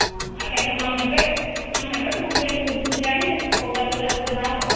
ହଁ ଆଉ କେତେ କ'ଣ ନେବେ କେତେ କ'ଣ ନେବେ ମୁଁ ବି ଏଇଠି ବୁଝୁଛିି ଗାଡ଼ି କେଉଁଟା ଯେଉଁଟା ସୁବିଧା ହବ